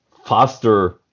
faster